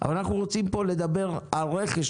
יושב-ראש